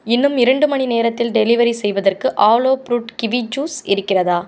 இன்னும் இரண்டு மணி நேரத்தில் டெலிவெரி செய்வதற்கு ஆலோ ஃப்ரூட் கிவி ஜூஸ் இருக்கிறதா